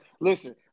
Listen